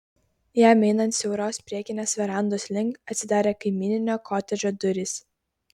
jam einant siauros priekinės verandos link atsidarė kaimyninio kotedžo durys